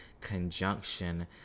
conjunction